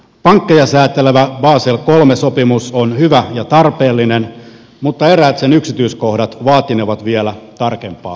pankkeja säätelevä basel iii sopimus on hyvä ja tarpeellinen mutta eräät sen yksityiskohdat vaatinevat vielä tarkempaa arviota